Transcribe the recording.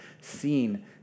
seen